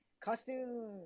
costume